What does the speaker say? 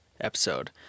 episode